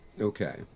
Okay